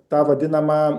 tą vadinamą